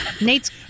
Nate's